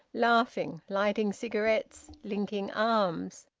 laughing, lighting cigarettes, linking arms.